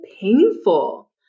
painful